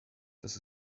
das